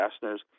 fasteners